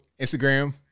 Instagram